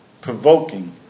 provoking